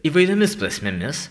įvairiomis prasmėmis